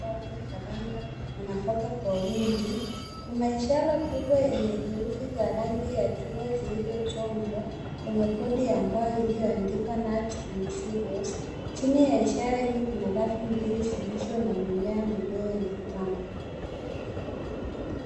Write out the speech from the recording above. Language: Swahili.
Wauze karanga na nafaka kwa wingi kuna ishara kubwa yenye herufi za rangi ya chungwa zilizochongwa kwenye bodi ambayo iliyoandikwa nuts and cereals chini ya ishara hiyo kuna rafu mbili zilizo na mimea midogo ya mapambo.